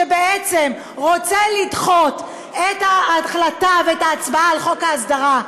שבעצם רוצה לדחות את ההחלטה ואת ההצבעה על חוק ההסדרה,